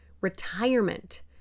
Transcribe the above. retirement